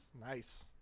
Nice